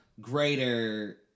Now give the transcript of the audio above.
greater